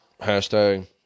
hashtag